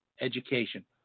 education